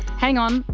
hang on,